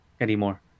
anymore